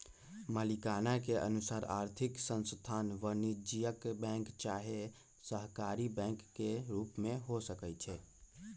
मलिकाना के अनुसार आर्थिक संस्थान वाणिज्यिक बैंक चाहे सहकारी बैंक के रूप में हो सकइ छै